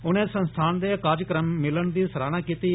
उनें संस्थान दे कार्यक्रम मिल नदी सराहना कीत्ती